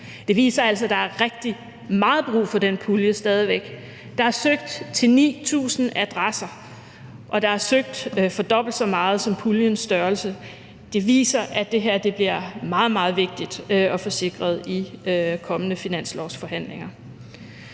der stadig væk er rigtig meget brug for den pulje. Der er søgt til 9.000 adresser, og der er søgt for dobbelt så meget som puljens størrelse. Det viser, at det her bliver meget, meget vigtigt at få sikret i kommende finanslovsforhandlinger.